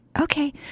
Okay